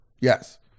Yes